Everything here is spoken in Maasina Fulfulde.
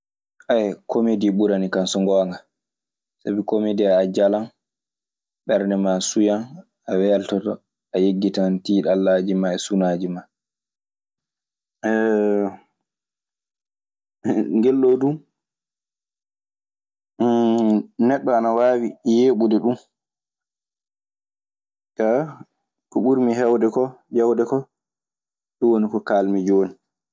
komedii ɓuranikan so ngoonga. Sabi komedii a jalan, ɓernde maa suyan, a weltoto, a yeggitan tiiɗalaaji maa e sunaaji maa. Ngelɗoo du neɗɗo ana waawi yeeɓude ɗun. Kaa, ko ɓuri mi heewde ko ñewde ko, ɗun woni kaalmi jooni.